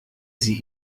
sie